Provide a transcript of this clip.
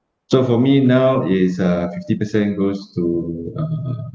so for me now is uh fifty percent goes to uh